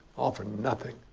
all for nothing.